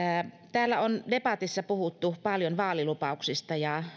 täällä on debatissa puhuttu paljon vaalilupauksista ja